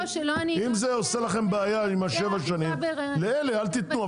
אם זה עושה לכם בעיה עם השבע שנים אז לאלה אל תיתנו.